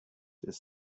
ist